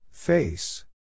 Face